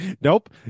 Nope